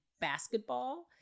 basketball